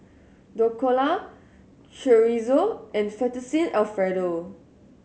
Dhokla Chorizo and Fettuccine Alfredo